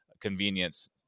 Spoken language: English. convenience